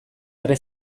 erre